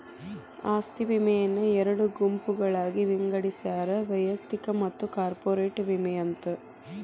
ಆಸ್ತಿ ವಿಮೆಯನ್ನ ಎರಡು ಗುಂಪುಗಳಾಗಿ ವಿಂಗಡಿಸ್ಯಾರ ವೈಯಕ್ತಿಕ ಮತ್ತ ಕಾರ್ಪೊರೇಟ್ ವಿಮೆ ಅಂತ